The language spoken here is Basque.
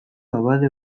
abade